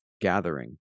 gathering